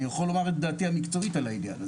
אני יכול לומר את דעתי המקצועית על העניין הזה.